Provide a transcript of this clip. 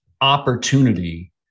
opportunity